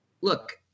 look